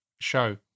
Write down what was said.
show